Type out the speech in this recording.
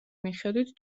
მიხედვით